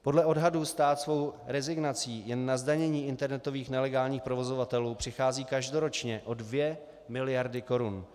Podle odhadů stát svou rezignací jen na zdanění internetových nelegálních provozovatelů přichází každoročně o 2 mld. korun.